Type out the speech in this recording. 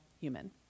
human